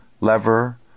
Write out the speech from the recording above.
lever